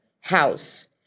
house